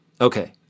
Okay